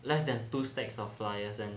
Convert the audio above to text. less than two stacks of flyers and